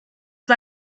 war